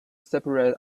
separate